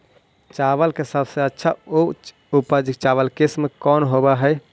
चावल के सबसे अच्छा उच्च उपज चावल किस्म कौन होव हई?